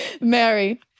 Mary